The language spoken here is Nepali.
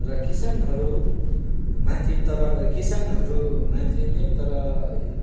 र किसानहरूमाथि तर किसानहरूमाथि नै तर